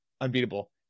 unbeatable